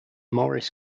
morris